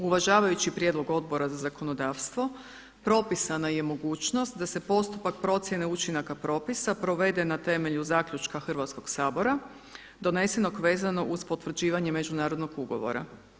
Uvažavajući prijedlog Odbora za zakonodavstvo propisana je mogućnost da se postupak procjene učinaka propisa provede na temelju zaključka Hrvatskog sabora donesenog vezano uz potvrđivanje međunarodnog ugovora.